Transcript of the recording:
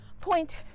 point